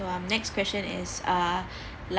our next question is uh